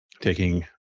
taking